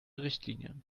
richtlinien